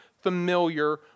familiar